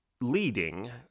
leading